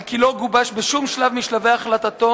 על כי לא גובש בשום שלב משלבי החלטתו